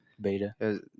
Beta